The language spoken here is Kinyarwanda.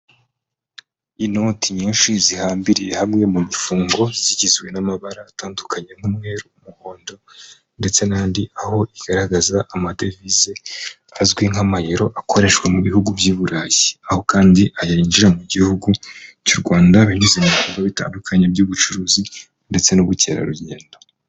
Inoti nyinshi zihambiriye hamwe mu bifungo, zigizwe n'amabara atandukanye nk'umweru, umuhondo ndetse n'andi, aho bgaragaza amadevize azwi nk'amayero akoreshwa mu bihugu by'i Burayi, aho kandi aya yinjira mu gihugu cy'u Rwanda binyuze mukorwa bitandukanye by'ubucuruzi ndetse n'ubukerarugendo.